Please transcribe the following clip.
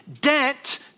debt